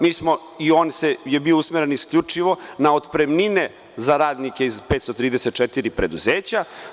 Mi smo i on je bio usmeren isključivo na otpremnine za radnike iz 534 preduzeća.